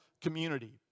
community